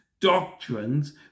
doctrines